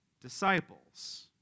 disciples